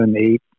eight